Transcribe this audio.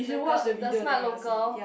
the girl The-Smart-Local